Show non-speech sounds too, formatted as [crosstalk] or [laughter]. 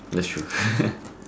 that's true [laughs]